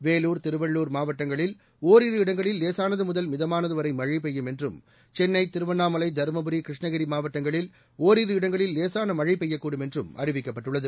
வேலூர் திருவள்ளூர் மாவட்டங்களில் ஒரிரு இடங்களில் லேசானது முதல் மிதமானது வரை மழை பெய்யும் என்றும் சென்னை திருவண்ணாமலை தருமபுரி கிருஷ்ணகிரி மாவட்டங்களில் ஒரிரு இடங்களில் லேசான மழை பெய்யக்கூடும் என்றும் அறிவிக்கப்பட்டுள்ளது